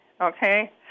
Okay